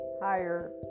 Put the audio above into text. higher